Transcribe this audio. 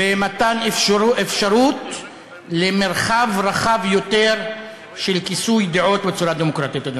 ומתן אפשרות למרחב רחב יותר של כיסוי דעות בצורה דמוקרטית.